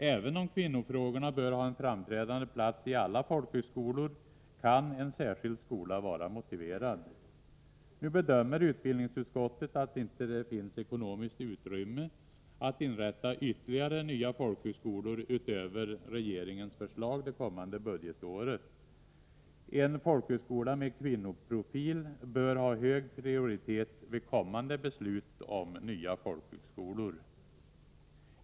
Även om kvinnofrågorna bör ha en framträdande plats i alla folkhögskolor, kan en särskild skola vara motiverad. Nu bedömer utbildningsutskottet att det inte finns ekonomiskt utrymme för att inrätta ytterligare nya folkhögskolor utöver regeringens förslag för det kommande budgetåret. En folkhögskola med kvinnoprofil bör dock ha hög prioritet vid kommande beslut om nya folkhögskolor.